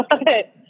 Okay